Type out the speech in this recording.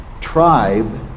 tribe